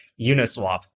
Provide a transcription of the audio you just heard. Uniswap